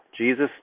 Jesus